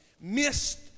missed